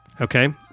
Okay